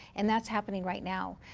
and that's happening right now.